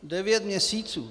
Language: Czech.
Devět měsíců.